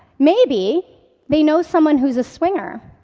maybe they know someone who is a swinger,